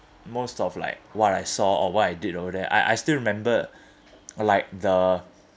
most of like what I saw or what I did over there I I still remember like the